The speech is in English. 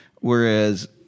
Whereas